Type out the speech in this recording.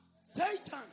Satan